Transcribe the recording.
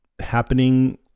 happening